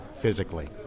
physically